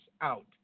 out